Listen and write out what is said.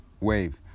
wave